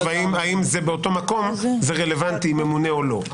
האם באותו מקום זה רלוונטי ממונה או לא.